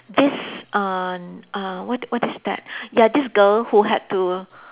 this uh uh what what is that ya this girl who had to